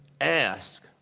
ask